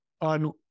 On